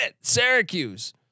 Syracuse